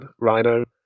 Rhino